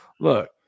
Look